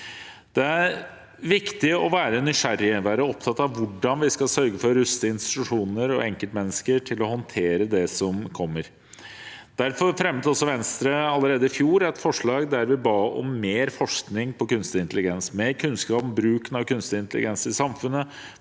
Det er viktig å være nysgjerrig og å være opptatt av hvordan vi skal sørge for å ruste institusjoner og enkeltmennesker til å håndtere det som kommer. Derfor fremmet også Venstre allerede i fjor et forslag der vi ba om mer forskning på kunstig intelligens og mer kunnskap om bruken av kunstig intelligens i samfunnet.